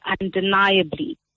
undeniably